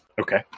Okay